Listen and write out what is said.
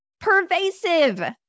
pervasive